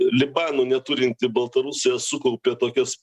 libanu neturinti baltarusija sukaupė tokias